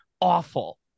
awful